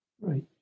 right